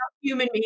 human